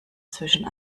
zwischen